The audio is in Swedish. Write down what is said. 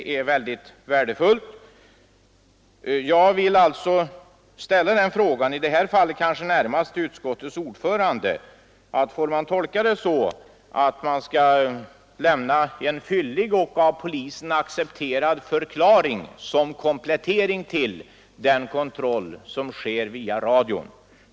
Jag vill därför nu ställa den frågan, som jag närmast riktar till utskottets ordförande: Får man tolka detta så att man skall lämna en fyllig och av polisen accepterad förklaring som komplettering till den kontroll som sker via radion?